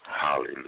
Hallelujah